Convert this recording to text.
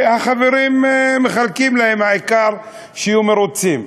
והחברים מחלקים להם, העיקר שיהיו מרוצים.